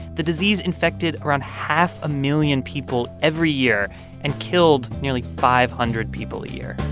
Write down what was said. the disease infected around half a million people every year and killed nearly five hundred people a year